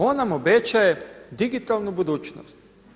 On nam obećaje digitalnu budućnost.